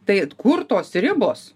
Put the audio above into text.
tai kur tos ribos